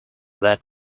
that